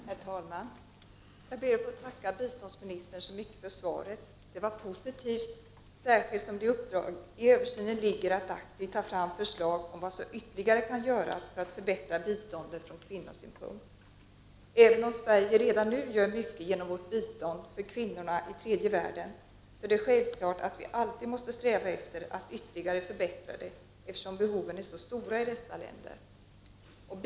Herr talman! Jag ber att få tacka biståndsministern så mycket för svaret. Det var positivt, särskilt med tanke på att man vid översynen aktivt skall ta fram förslag om vad som ytterligare kan göras för att förbättra biståndet från kvinnosynpunkt. Även om Sverige redan nu gör mycket genom sitt bistånd till kvinnorna i tredje världen, är det självklart att Sverige alltid måste sträva efter att ytterligare förbättra det, eftersom behoven i dessa länder är så stora.